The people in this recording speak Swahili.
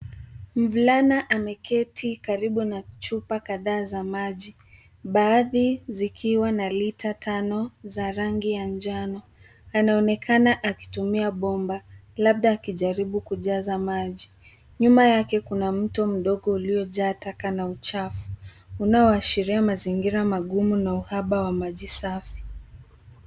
Mvulana ameketi karibu na chupa kadhaa za maji baadhi zikiwa na lita tano za rangi ya njano. Anaonekana akitumia bomba labda akijaribu kujaza maji. Nyuma yake kuna mtu mdogo uliojaa taka na uchafu unaoashiria mazingira magumu na uhaba wa maji safi.